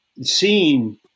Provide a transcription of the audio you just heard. seeing